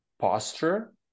posture